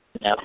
No